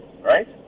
right